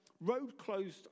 road-closed